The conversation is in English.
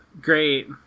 great